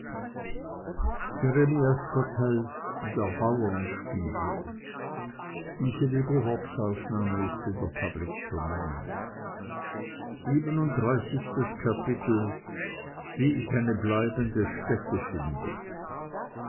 gegolten wie ich eine bleibende stätte finde